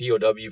POW